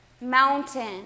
Mountain